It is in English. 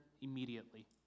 immediately